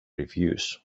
reviews